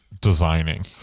designing